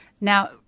Now